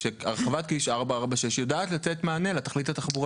הרחבת כביש 446 יודעת לתת מענה לתכנית התחבורתית.